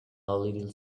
little